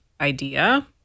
idea